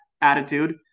attitude